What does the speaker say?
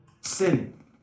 sin